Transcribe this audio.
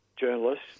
journalists